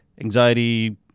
anxiety